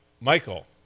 michael